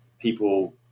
people